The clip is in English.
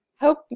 Hope